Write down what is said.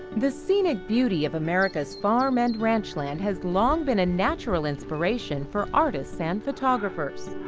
the scenic beauty of america's farm and ranchland has long been a natural inspiration for artists and photographers.